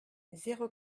zéro